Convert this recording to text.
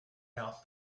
out